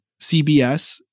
CBS